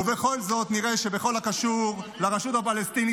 ובכל זאת נראה שבכל הקשור לרשות הפלסטינית,